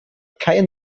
kein